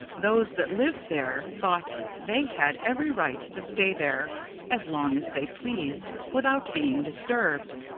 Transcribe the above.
those that lived there thought they had every right to stay there as long as they pleased, without being disturbed.